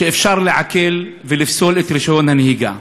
שאפשר לעקל ולפסול את רישיון הנהיגה.